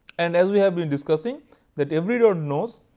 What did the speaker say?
and as we have been discussing that every node knows,